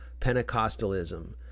Pentecostalism